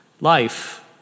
life